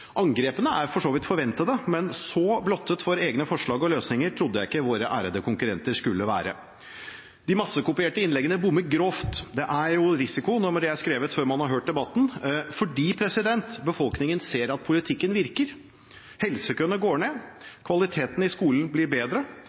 Angrepene er for så vidt forventet, men så blottet for egne forslag og løsninger trodde jeg ikke våre ærede konkurrenter skulle være. De massekopierte innleggene bommer grovt – det er risikoen når de er skrevet før man har hørt debatten – fordi befolkningen ser at politikken virker. Helsekøene går ned. Kvaliteten i skolen blir bedre.